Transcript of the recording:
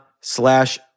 slash